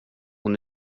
och